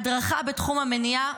הדרכה בתחום המניעה,